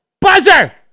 buzzer